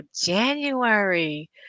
January